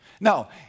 Now